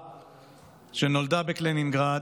בבחורה שנולדה בקלינינגרד,